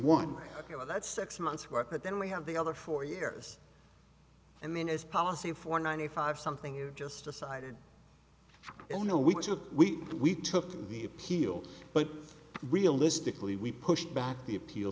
know that's six months but then we have the other four years and then as policy for ninety five something you just decided oh no we we we took the appeal but realistically we pushed back the appeal